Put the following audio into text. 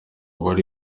bari